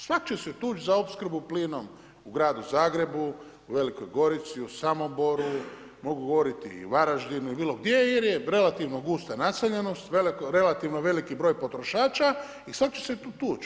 Svak' će se tući za opsrbu plinom u gradu Zagrebu, u Velikoj Gorici, u Samoboru, mogu govoriti i u Varaždinu ili bilo gdje jer je relativno gusta naseljenost, relativno veliki broj potrošača i sad ću se tu tući.